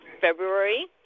February –